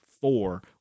four